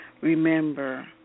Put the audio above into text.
Remember